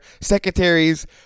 secretaries